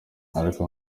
ariko